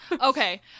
Okay